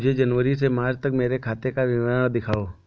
मुझे जनवरी से मार्च तक मेरे खाते का विवरण दिखाओ?